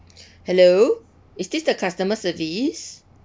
hello is this the customer service